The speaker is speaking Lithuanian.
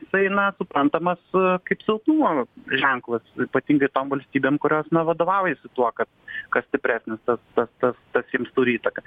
jisai na suprantamas kaip silpnumo ženklas ypatingai tom valstybėm kurios na vadovaujasi tuo kad kas stipresnis tas tas tas jiems turi įtaką